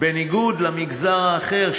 בניגוד למגזר האחר,